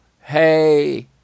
hey